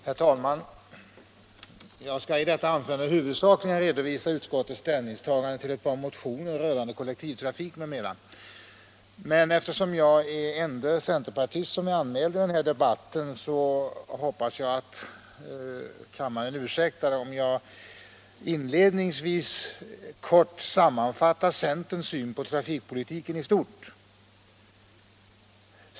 Herr talman! Jag skall i detta anförande huvudsakligen redovisa utskottets ställningstagande till ett par motioner rörande kollektivtrafik m.m. Eftersom jag är den ende centerpartist som är anmäld i den här debatten hoppas jag emellertid att kammaren ursäktar, om jag inledningsvis kort sammanfattar centerns syn på trafikpolitiken i stort.